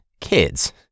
kids